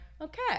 okay